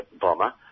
bomber